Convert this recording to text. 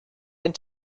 and